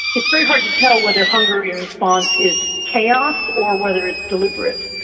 it's very hard to tell whether hungary's response is chaos or whether it's deliberate.